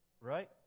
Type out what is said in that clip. Right